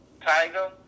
tiger